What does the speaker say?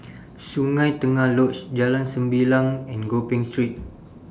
Sungei Tengah Lodge Jalan Sembilang and Gopeng Street